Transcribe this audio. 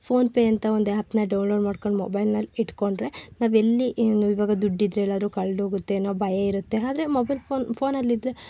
phone pay ಅಂತ ಒಂದು ಹ್ಯಾಪ್ನ ಡೌನ್ಲೋಡ್ ಮಾಡ್ಕೊಂಡು ಮೊಬೈಲ್ನಲ್ಲಿ ಇಟ್ಕೊಂಡ್ರೆ ನಾವೆಲ್ಲಿ ಈವಾಗ ದುಡ್ಡು ಇದ್ದರೆ ಎಲ್ಲಾದ್ರೂ ಕಳ್ದೋಗುತ್ತೆ ಏನೋ ಭಯ ಇರುತ್ತೆ ಆದರೆ ಮೊಬೈಲ್ ಫೋನ್ ಫೋನಲ್ಲಿದ್ದರೆ